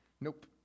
nope